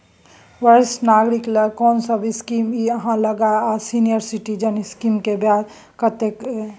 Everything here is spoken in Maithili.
वरिष्ठ नागरिक ल कोन सब स्कीम इ आहाँ लग आ सीनियर सिटीजन स्कीम के ब्याज कत्ते इ?